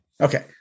Okay